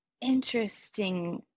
interesting